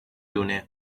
دونه